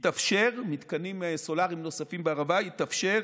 מתקנים סולריים נוספים בערבה יתאפשר